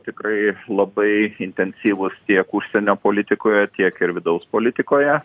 tikrai labai intensyvūs tiek užsienio politikoje tiek ir vidaus politikoje